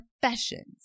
professions